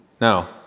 No